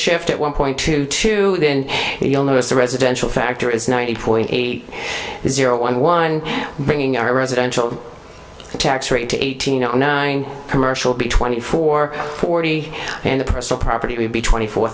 shift at one point two two then you'll notice the residential factor is ninety point eight zero one one bringing our residential tax rate to eight hundred nine commercial b twenty four forty and the personal property would be twenty four